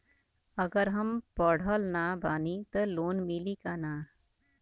अगर हम पढ़ल ना बानी त लोन मिली कि ना?